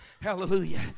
Hallelujah